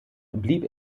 blieb